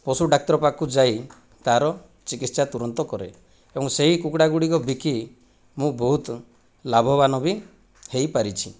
ପଶୁଡାକ୍ତର ପାଖକୁ ଯାଇ ତାର ଚିକିତ୍ସା ତୁରନ୍ତ କରେ ଏବଂ ସେହି କୁକୁଡ଼ାଗୁଡ଼ିକ ବିକି ମୁଁ ବହୁତ ଲାଭବାନ ବି ହୋଇପାରିଛି